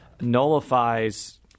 nullifies